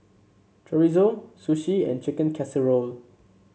Chorizo Sushi and Chicken Casserole